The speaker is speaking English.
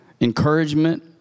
encouragement